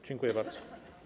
Dziękuję bardzo.